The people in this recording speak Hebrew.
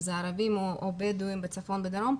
אם אלה ערבים או בדואים בצפון ובדרום.